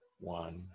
One